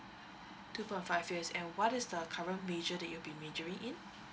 two point five years and what is the current major that you've been majoring in